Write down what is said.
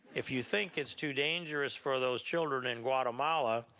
if you think it's too dangerous for those children in guatemala,